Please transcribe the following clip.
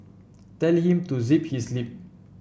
tell him to zip his lip